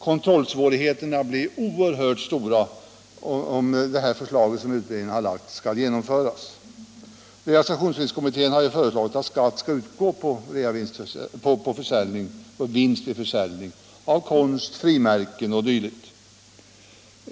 Kontrollsvårigheterna blir oerhört stora, om det förslag som utredningen har framlagt skall genomföras. Realisationsvinstkommittén har ju föreslagit att skatt skall utgå på vinst vid försäljning av konst, frimärken o. d.